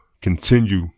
continue